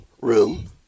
room